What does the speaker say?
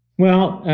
well,